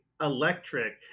electric